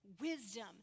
wisdom